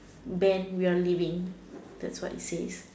Ben we are leaving that's what it says